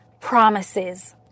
promises